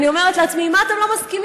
אני אומרת לעצמי: עם מה אתם לא מסכימים?